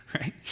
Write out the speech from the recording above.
right